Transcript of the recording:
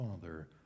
Father